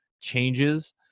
changes